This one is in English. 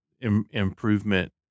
improvement